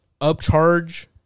upcharge